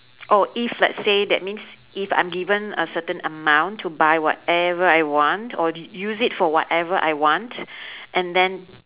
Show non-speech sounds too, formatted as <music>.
oh if let's say that means if I'm given a certain amount to buy whatever I want or u~ use it for whatever I want <breath> and then